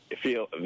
feel